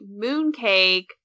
Mooncake